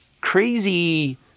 crazy